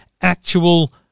actual